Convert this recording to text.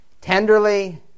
tenderly